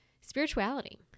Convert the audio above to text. spirituality